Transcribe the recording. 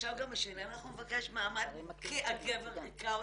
עכשיו גם -- -נבקש מעמד כי הגבר הכה אותן?